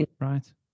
right